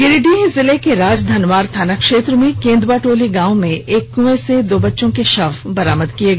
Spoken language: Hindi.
गिरिडीह जिले के राजधनवार थाना क्षेत्र में केंदुआटोली गांव में एक कुएं से दो बच्चों का शव बरामद किया गया